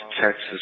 Texas